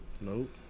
Nope